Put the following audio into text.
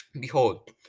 Behold